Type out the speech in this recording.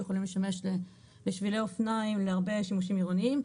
בהן יכולים לשמש לשבילי אופניים ולהרבה שימושים עירוניים.